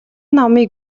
номыг